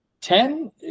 Ten